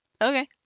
Okay